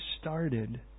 started